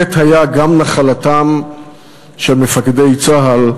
החטא היה גם נחלתם של מפקדי צה"ל,